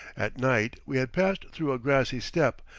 at night we had passed through a grassy steppe,